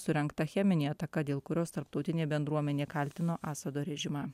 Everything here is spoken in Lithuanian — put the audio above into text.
surengta cheminė ataka dėl kurios tarptautinė bendruomenė kaltino asado režimą